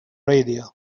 radio